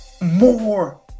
more